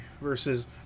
versus